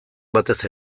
batez